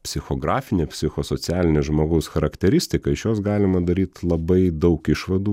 psichografinė psichosocialinė žmogaus charakteristika iš jos galima daryt labai daug išvadų